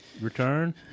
Return